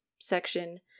section